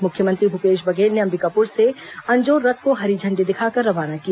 मुख्यमंत्री भूपेश बघेल ने अंबिकापुर से अंजोर रथ को हरी झण्डी दिखाकर रवाना किया